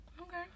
Okay